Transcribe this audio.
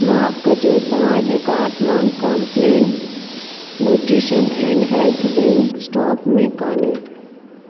माफ़ु कजो तव्हां जे काट मां Complan nutrition and health drink stock में कान्हे